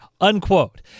unquote